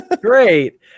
great